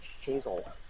hazel